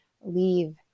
leave